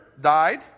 died